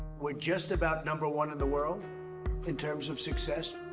we're just about number one in the world in terms of success.